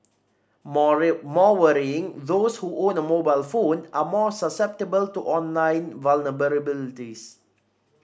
more worrying those who own a mobile phone are more susceptible to online vulnerabilities